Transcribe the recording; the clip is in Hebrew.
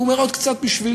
הוא אומר: עוד קצת בשבילי,